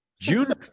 June